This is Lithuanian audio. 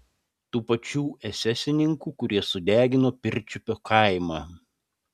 tų pačių esesininkų kurie sudegino pirčiupio kaimą